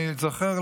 אני זוכר,